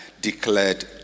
declared